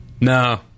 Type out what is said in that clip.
No